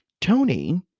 Tony